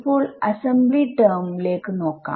ഇപ്പോൾ അസ്സമ്ബ്ലി ടെർമ്ലേക്ക് നോക്കാം